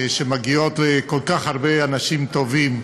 שמגיעות לכל כך הרבה אנשים טובים,